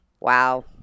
wow